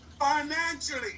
financially